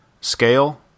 scale